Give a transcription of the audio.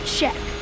Check